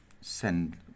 send